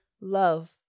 Love